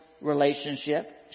relationship